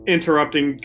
Interrupting